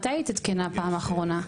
מתי התעדכנה לאחרונה?